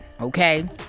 Okay